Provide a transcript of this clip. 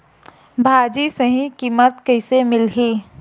भाजी सही कीमत कइसे मिलही?